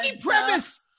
premise